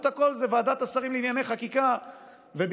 ועדת השרים לענייני חקיקה זה לא חזות הכול,